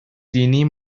dini